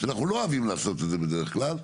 אנחנו לא אוהבים לעשות את זה בדרך כלל,